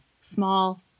Small